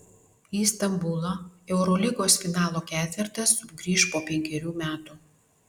į stambulą eurolygos finalo ketvertas sugrįš po penkerių metų